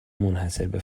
منحصربه